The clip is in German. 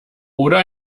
oder